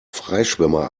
freischwimmer